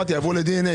אמרתי, יעברו ל-DNA.